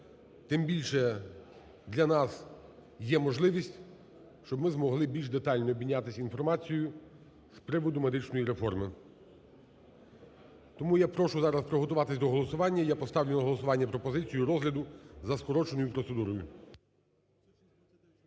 Тим більше для нас є можливість, щоб ми змогли більш детально обмінятися інформацією з приводу медичної реформи. Тому я прошу зараз приготуватися до голосування. І я ставлю на голосування пропозицію розгляду за скороченою процедурою.